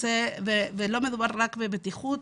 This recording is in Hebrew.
ולא מדובר רק בבטיחות,